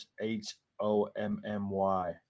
H-O-M-M-Y